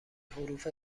حروف